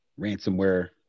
ransomware